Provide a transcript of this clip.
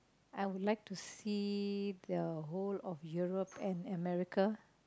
I would like to see the whole of Europe and America